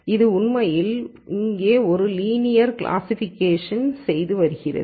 இது உண்மையில் இங்கே ஒரு லீனியர் கிளாசிஃபிகேஷன்ச் செய்து வருகிறது